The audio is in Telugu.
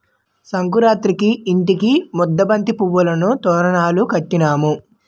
సంకురేతిరికి ఇంటికి ముద్దబంతి పువ్వులను తోరణాలు కట్టినాము